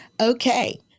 Okay